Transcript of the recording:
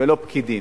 ולא פקידים.